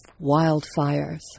wildfires